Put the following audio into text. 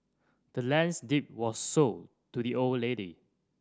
the land's deed was sold to the old lady